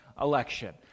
election